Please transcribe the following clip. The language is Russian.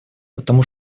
потому